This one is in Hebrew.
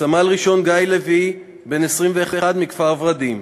סמל-ראשון גיא לוי, בן 21, מכפר-ורדים,